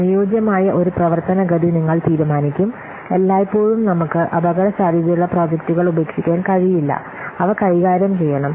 അനുയോജ്യമായ ഒരു പ്രവർത്തന ഗതി നിങ്ങൾ തീരുമാനിക്കും എല്ലായ്പ്പോഴും നമ്മുക്ക് അപകടസാധ്യതയുള്ള പ്രോജക്റ്റുകൾ ഉപേക്ഷിക്കാൻ കഴിയില്ല അവ കൈകാര്യം ചെയ്യണം